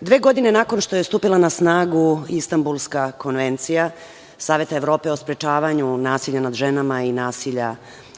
Dve godine nakon što je stupila na snagu Istambulska konvencija Saveta Evrope o sprečavanju nasilja nad ženama i nasilja